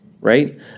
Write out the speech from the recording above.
right